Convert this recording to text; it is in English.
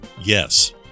Yes